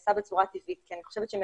נעשה בצורה טבעית כי אני חושבת שהם